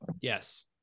Yes